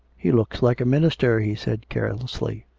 he looks like a minister, he said carelessly.